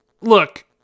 look